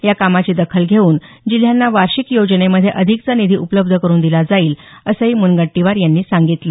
या कामाची दखल घेऊन जिल्ह्यांना वार्षिक योजनेमध्ये अधिकचा निधी उपलब्ध करून दिला जाईल असंही मुनगंटीवार यांनी सांगितलं